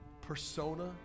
persona